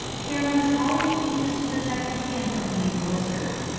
care must always be used to protect the skin from being blistered.